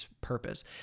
purpose